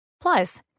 Plus